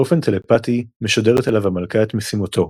באופן טלפתי משדרת אליו המלכה את משימתו